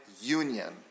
union